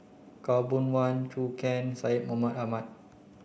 Khaw Boon Wan Zhou Can Syed Mohamed Ahmed